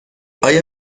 آیا